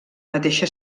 mateixa